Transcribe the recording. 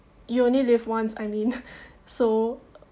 you only live once alin so